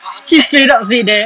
she straight up said that